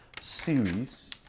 series